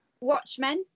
Watchmen